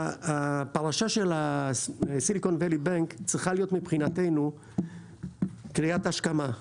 הפרשה של הסיליקון ואלי בנק צריכה להיות קריאת השכמה מבחינתנו,